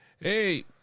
Hey